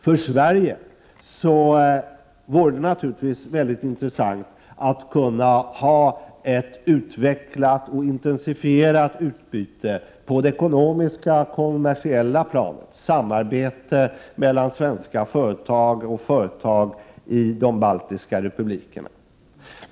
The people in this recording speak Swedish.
För Sverige vore det naturligtvis mycket intressant att kunna ha ett utvecklat och intensifierat utbyte på det ekonomiska kommersiella planet, samarbete mellan svenska företag och företag i de baltiska republikerna.